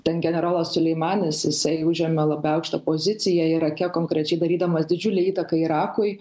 ten generolas suleimanas jisai užėmė labai aukštą poziciją irake konkrečiai darydamas didžiulę įtaką irakui